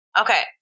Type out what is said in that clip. Okay